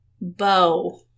bow